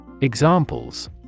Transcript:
Examples